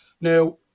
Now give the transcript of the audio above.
now